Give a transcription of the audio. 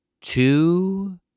two